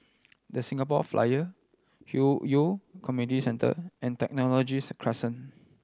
The Singapore Flyer Hwi Yoh Community Centre and Technologies Crescent